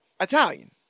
Italian